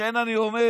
לכן אני אומר,